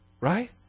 Right